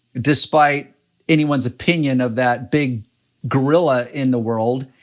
despite anyone's opinion of that big gorilla in the world,